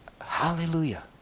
hallelujah